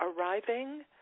arriving